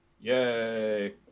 Yay